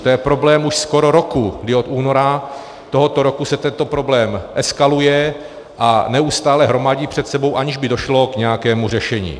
To je problém skoro roku, kdy od února tohoto roku se tento problém eskaluje a neustále hromadí před sebou, aniž by došlo k nějakému řešení.